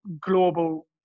global